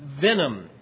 venom